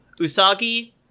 Usagi